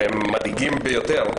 שהם מדאיגים ביותר,